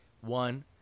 One